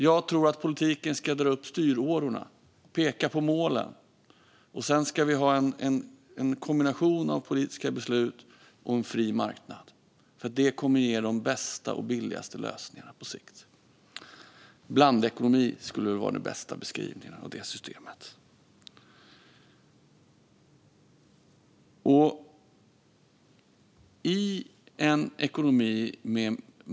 Jag tror att politiken ska sätta i styrårorna och peka på målen. Sedan ska vi ha en kombination av politiska beslut och fri marknad. Det kommer att ge de bästa och billigaste lösningarna på sikt. Blandekonomi, skulle väl vara den bästa beskrivningen av det systemet.